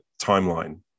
timeline